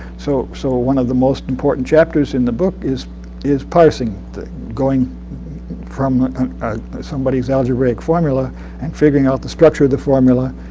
so so one of the most important chapters in the book is is parsing going from somebody's algebraic formula and figuring out the structure of the formula.